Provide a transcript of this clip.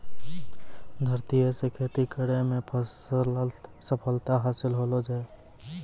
धरतीये से खेती करै मे सफलता हासिल होलो छै